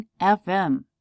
FM